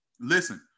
Listen